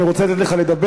אני רוצה לתת לך לדבר,